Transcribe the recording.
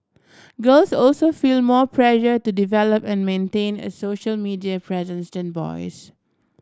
girls also feel more pressure to develop and maintain a social media presence than boys